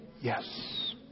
Yes